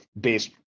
based